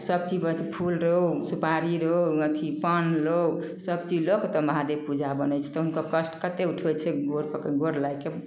सभचीज फूल रहौ सुपारी रहौ अथि पान रहौ सभचीज लऽ कऽ तब महादेव पूजा बनै छै तऽ हमसभ कष्ट कतेक उठबै छियै गोड़ कऽ कऽ गोड़ लागि कऽ